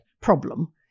problem